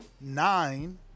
nine